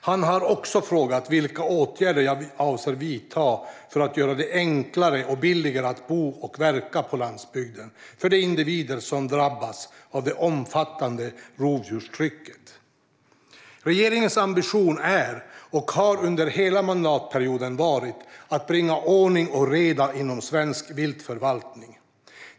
Han har också frågat vilka åtgärder jag avser att vidta för att göra det enklare och billigare att bo och verka på landsbygden för de individer som drabbas av det omfattande rovdjurstrycket. Regeringens ambition är, och har under hela mandatperioden varit, att bringa ordning och reda inom svensk viltförvaltning.